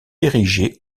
érigée